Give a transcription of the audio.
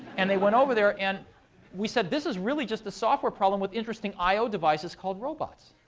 and they went over there. and we said, this is really just a software problem with interesting i o devices called robots.